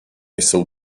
jsou